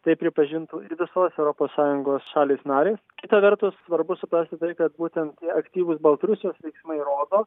tai pripažintų ir visos europos sąjungos šalys narės kita vertus svarbu suprasti kad būtent tie aktyvūs baltarusijos veiksmai rodo